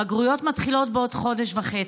הבגרויות מתחילות בעוד חודש וחצי.